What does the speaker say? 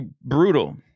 brutal